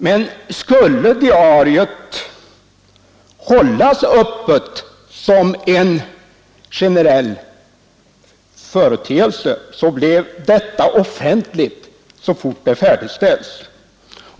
Men skulle diariet hållas öppet som en generell företeelse, bleve detta offentligt så fort det färdigställts.